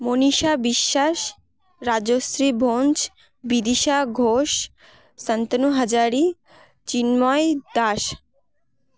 Manisha Biswas Rajashree Bhanja Bidisha Ghosh Santanu Hazari Chinmoy Das